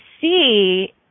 see